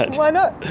why not?